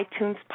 iTunes